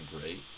great